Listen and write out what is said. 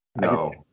No